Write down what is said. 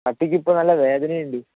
പട്ടിക്ക് ഇപ്പം നല്ല വേദന ഉണ്ട്